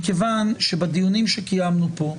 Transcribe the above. מכיוון שבדיונים שקיימנו כאן,